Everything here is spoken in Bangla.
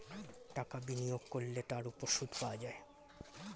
টাকা বিনিয়োগ করলে তার উপর সুদ পাওয়া যায়